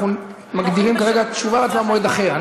אנחנו מגדירים כרגע: תשובה והצבעה במועד אחר.